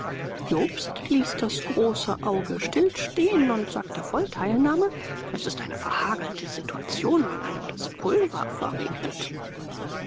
jobst ließ das große auge stille stehen und sagte voll teilnahme es ist eine verhagelte situation wenn einem das pulver verregnet